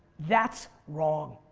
that's wrong.